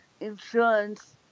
insurance